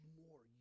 more